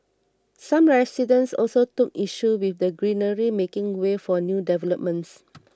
some residents also took issue with the greenery making way for new developments